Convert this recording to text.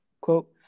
quote